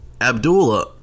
Abdullah